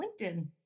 LinkedIn